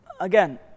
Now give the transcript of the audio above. again